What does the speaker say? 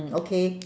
okay